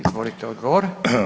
Izvolite odgovor.